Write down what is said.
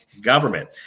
government